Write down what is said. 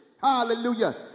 Hallelujah